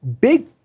big